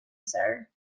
sir